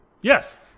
Yes